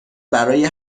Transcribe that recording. برای